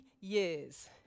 years